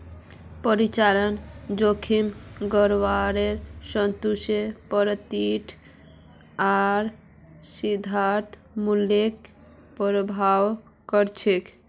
परिचालन जोखिम ग्राहकेर संतुष्टि प्रतिष्ठा आर शेयरधारक मूल्यक प्रभावित कर छेक